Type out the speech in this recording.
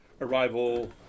Arrival